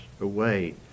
away